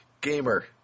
Gamer